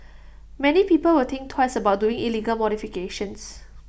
many people will think twice about doing illegal modifications